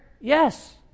yes